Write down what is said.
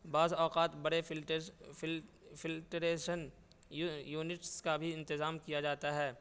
بعض اوقات بڑے فلٹیز فلٹریشن یونٹس کا بھی انتظام کیا جاتا ہے